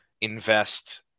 invest